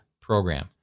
program